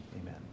amen